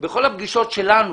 בכל הפגישות שלנו